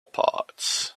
parts